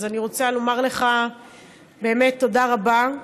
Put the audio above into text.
אז אני רוצה לומר לך באמת תודה רבה.